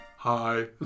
Hi